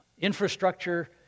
Infrastructure